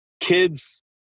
kids